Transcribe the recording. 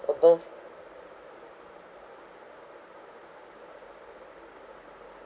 above